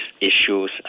issues